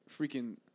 freaking